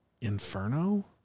Inferno